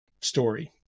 story